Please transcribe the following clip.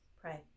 pray